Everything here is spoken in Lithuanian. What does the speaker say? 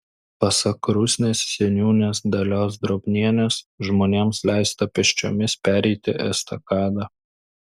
pasak rusnės seniūnės dalios drobnienės žmonėms leista pėsčiomis pereiti estakadą